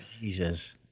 Jesus